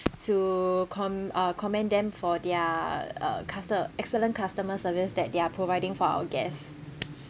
to com~ uh commend them for their uh custo~ excellent customer service that they are providing for our guests